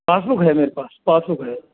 passbook है मेरे पास पासबुक है